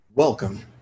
Welcome